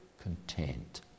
content